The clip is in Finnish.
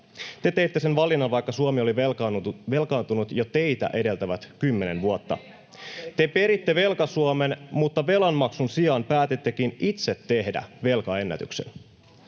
Te teitte sen valinnan, vaikka Suomi oli velkaantunut jo teitä edeltävät kymmenen vuotta. Te peritte velka-Suomen, mutta velanmaksun sijaan päätittekin itse tehdä velkaennätyksen.